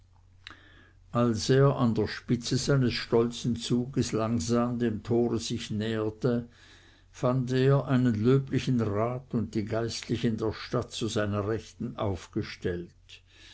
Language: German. als er an der spitze seines stolzen zuges langsam dem tore sich näherte fand er einen löblichen rat und die geistlichen der stadt zu seiner rechten aufgestellt